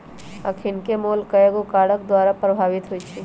अखनिके मोल कयगो कारक द्वारा प्रभावित होइ छइ